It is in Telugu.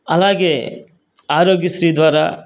అలాగే ఆరోగ్యశ్రీ ద్వారా